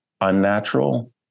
unnatural